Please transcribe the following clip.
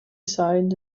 designed